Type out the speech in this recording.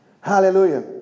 Hallelujah